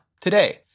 today